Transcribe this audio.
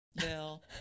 bill